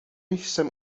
jsem